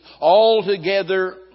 altogether